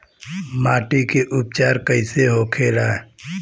माटी के उपचार कैसे होखे ला?